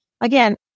again